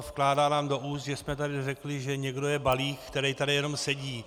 Vkládá nám do úst, že jsme tady řekli, že někdo je balík, kterej tady jenom sedí.